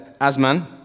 Asman